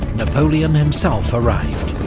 napoleon himself arrived.